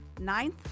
ninth